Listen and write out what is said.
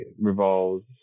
revolves